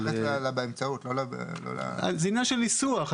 זה עניין של ניסוח.